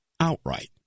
outright